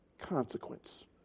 consequence